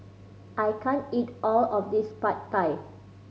I can't eat all of this Pad Thai